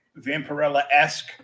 vampirella-esque